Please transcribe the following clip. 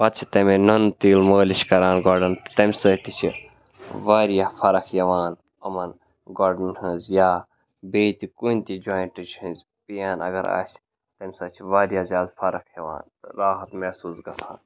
پَتہٕ چھِ تَمے نُن تیٖل مٲلِش کَران گۄڈَن تہٕ تَمہِ سۭتۍ تہِ چھِ واریاہ فرق یِوان یِمَن گۄڈَن ہٕنٛز یا بیٚیہِ تہِ کُنہِ تہِ جویِنٛٹٕچ ہٕنٛز پین اگر آسہِ تَمہِ سۭتۍ چھِ واریاہ زیادٕ فرق یِوان راحت محسوٗس گَژھان